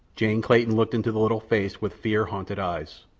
jane clayton looked into the little face with fear-haunted eyes.